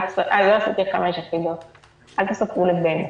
אל תספרו לבנט,